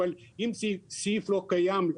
אבל אם סעיף לא קיים,